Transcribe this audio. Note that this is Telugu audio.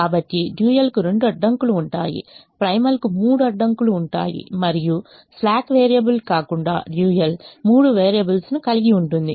కాబట్టి డ్యూయల్కు రెండు అడ్డంకులు ఉంటాయి ప్రైమల్ కు మూడు అడ్డంకులు ఉంటాయి మరియు స్లాక్ వేరియబుల్ మినహా డ్యూయల్ మూడు వేరియబుల్స్ ను కలిగి ఉంటుంది